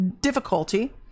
difficulty